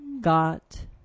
got